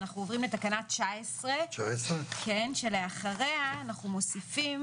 אנחנו עוברים לתקנה 19 שלאחריה אנחנו מוסיפים